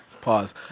Pause